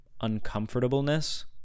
uncomfortableness